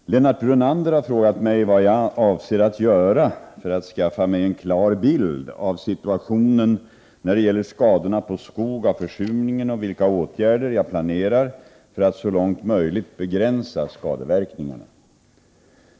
Herr talman! Lennart Brunander har frågat mig vad jag avser att göra för att skaffa mig en klar bild av situationen när det gäller skadorna på skog av försurningen och vilka åtgärder jag planerar för att så långt möjligt begränsa skadeverkningarna.